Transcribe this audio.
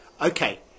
Okay